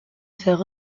faire